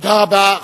תודה רבה.